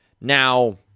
Now